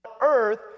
earth